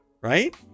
Right